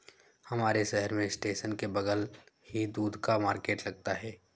हमारे शहर में स्टेशन के बगल ही दूध का मार्केट लगता है